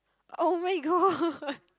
oh my god